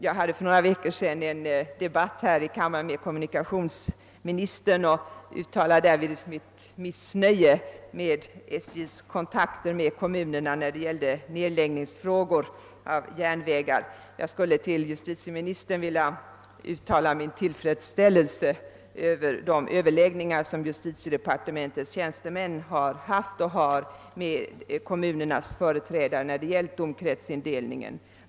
Jag hade för några veckor sedan en debatt med kommunikationsministern och uttalade därvid mitt missnöje med SJ:s kontakter med kommunerna i frågor som rör nedläggning av järnvägar. Jag skulle till justitieministern nu vilja uttala min tillfredsställelse över de överläggningar som justitiedepartementets tjänstemän haft och har med kommunernas företrädare när det gäller domkretsindelningen.